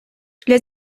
для